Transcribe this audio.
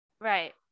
Right